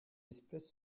espèce